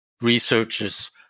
researchers